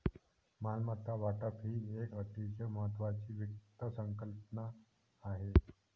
मालमत्ता वाटप ही एक अतिशय महत्वाची वित्त संकल्पना आहे